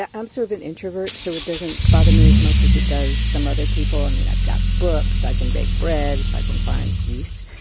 ah i'm sort of an introvert. so it doesn't bother me as much as it does some other people. i mean, i've got books. i can bake bread, if i can find yeast.